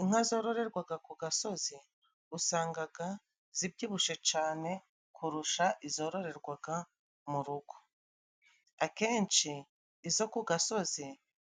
Inka zororerwaga ku gasozi usangaga zibyibushe cane kurusha izororerwaga mu rugo. Akenshi izo ku gasozi